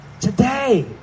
today